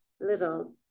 little